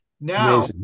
Now